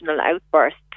outbursts